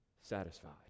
satisfied